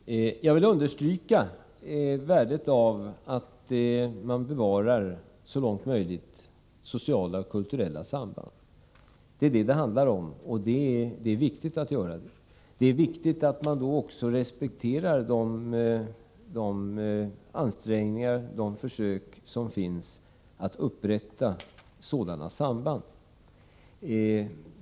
Fru talman! Jag vill understryka värdet av att man så långt som möjligt Om Värner Rydénbevarar sociala och kulturella samband. Det är detta det handlar om, och det skolani Malmö är viktigt att iaktta detta. Det är viktigt att man också respekterar de ansträngningar och de försök som finns att upprätta sådana samband.